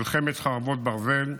מלחמת חרבות ברזל,